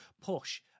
push